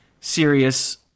serious